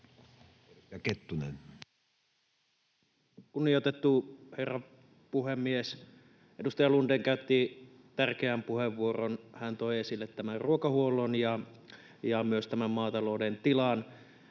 Kunnioitettu herra puhemies! Edustaja Lundén käytti tärkeän puheenvuoron. Hän toi esille ruokahuollon ja myös maatalouden tilan.